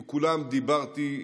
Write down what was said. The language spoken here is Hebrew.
ועם כולם דיברתי,